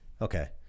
Okay